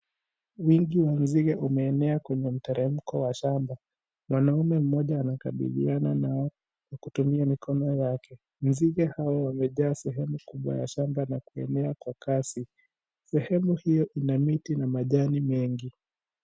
Wingu wa nzige umeenea kwenye mteremko wa shamba, mwanaume mmoja nakabithiana nao kwa kutumia mikono yake, nzige hao wamejaa sehemu kubwa ya shamba na kuenea kwa kasi, sehemu hio ina miti na majani mengi.